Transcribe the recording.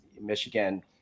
Michigan